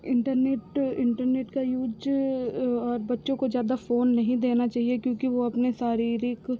internet internet का use और बच्चों को ज़्यादा फ़ोन नहीं देना चाहिए क्योंकि वह अपने शारीरिक